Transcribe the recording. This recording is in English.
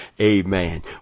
Amen